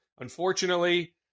Unfortunately